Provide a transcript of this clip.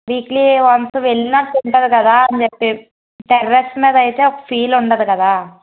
weekly once వెళ్లినట్లు ఉంటుంది కదా అని చెప్పి టెర్రస్ మీద అయితే ఒక ఫీల్ ఉండదు కదా